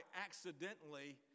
accidentally